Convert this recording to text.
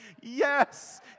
Yes